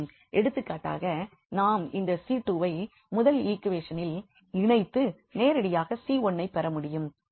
எடுத்துக்காட்டாக நாம் இந்த 𝐶2 வை முதல் ஈக்வேஷனில் இணைத்து நேரடியாக 𝐶1ஐ பெற முடியும்